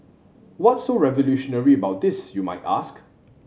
what's so revolutionary about this you might ask